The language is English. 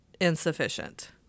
insufficient